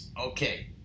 Okay